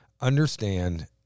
understand